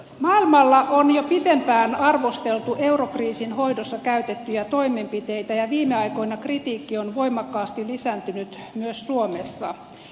maailmalla on jo pitempään arvosteltu eurokriisin hoidossa käytettyjä toimenpiteitä ja viime aikoina kritiikki on voimakkaasti lisääntynyt myös suomessa